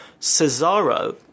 Cesaro